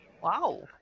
Wow